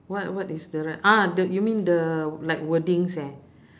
what what is the right ah the you mean the like wordings eh